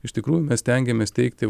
iš tikrųjų mes stengiamės teikti